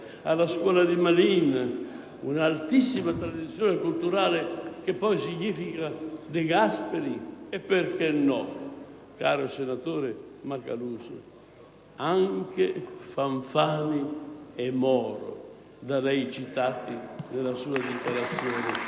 alla scuola di Manin. Un'altissima tradizione culturale che poi significa De Gasperi e - perché no, caro senatore Macaluso? - anche Fanfani e Moro, da lei citati nella sua dichiarazione